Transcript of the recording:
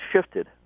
shifted